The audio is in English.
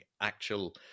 actual